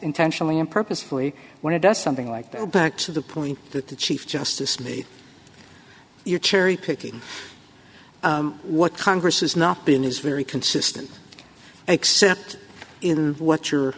intentionally and purposefully when it does something like that back to the point that the chief justice me you're cherry picking what congress has not been is very consistent except in what your